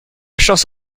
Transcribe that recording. chance